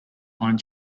pine